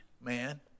man